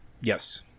Yes